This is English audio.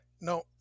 No